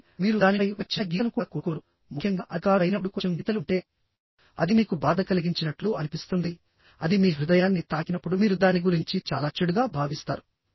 కాబట్టి మీరు దానిపై ఒక చిన్న గీతను కూడా కోరుకోరు ముఖ్యంగా అది కారు అయినప్పుడు కొంచెం గీతలు ఉంటే అది మీకు బాధ కలిగించినట్లు అనిపిస్తుంది అది మీ హృదయాన్ని తాకినప్పుడు మీరు దాని గురించి చాలా చెడుగా భావిస్తారు